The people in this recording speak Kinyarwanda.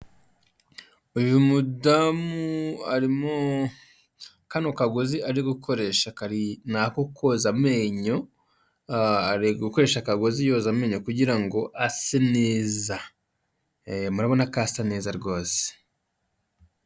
Uyu mudamu arimo kano kagozi ari gukoresha kari nako koza amenyo ari gukoresha akagozi yoza amenyo kugirango ase neza murabona ko asa neza rwose.